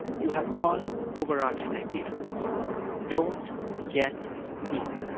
you have one overarching idea don't get eaten